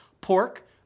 pork